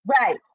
Right